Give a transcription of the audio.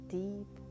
deep